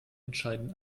entscheiden